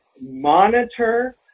Monitor